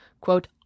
quote